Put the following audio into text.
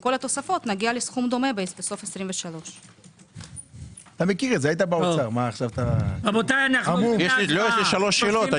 עם כל התוספות נגיע לסכום דומה בסוף 23'. יש לי שלוש שאלות.